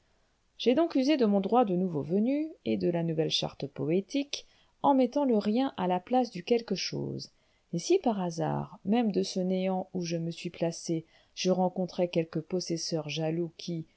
j'ai donc usé de mon droit de nouveau venu et de la nouvelle charte poétique en mettant le rien à la place du quelque chose et si par hasard même de ce néant où je me suis placé je rencontrais quelque possesseur jaloux qui